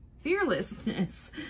fearlessness